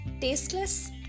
Tasteless